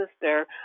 sister